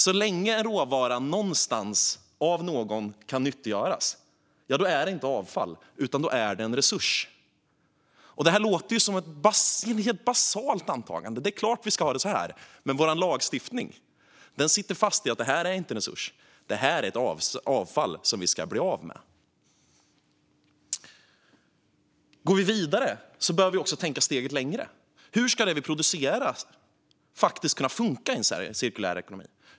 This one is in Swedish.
Så länge en råvara kan nyttogöras av någon, någonstans är det inte avfall utan en resurs. Detta låter som ett helt basalt antagande - det är klart att vi ska ha det så här. Men vår lagstiftning sitter fast i att detta inte är en resurs, utan det är avfall som vi ska bli av med. Går vi vidare behöver vi också tänka steget längre. Hur ska det vi producerar faktiskt kunna funka i en cirkulär ekonomi?